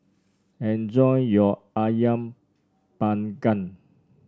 enjoy your ayam Panggang